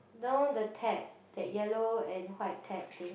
you know the tag the yellow and white tag thing